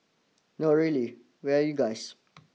no really where are you guys